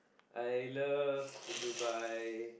I love Dubai